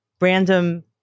random